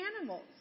animals